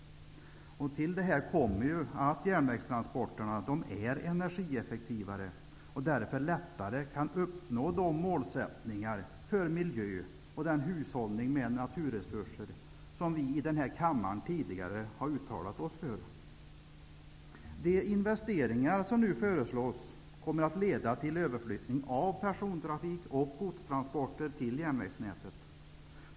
Till detta kommer att järnvägstransporterna är energieffektivare och därför lättare kan uppnå de målsättningar för miljön och den hushållning med naturresurser som vi i denna kammare tidigare har uttalat oss för. De investeringar som nu föreslås kommer att leda till överflyttning av persontrafik och godstransporter till järnvägsnätet.